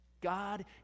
God